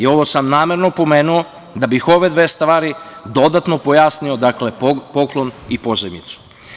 Ovo sam namerno pomenuo da bih ove dve stvari dodatno pojasnio, dakle, poklon i pozajmicu.